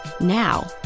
Now